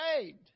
saved